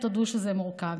ותודו שזה מורכב.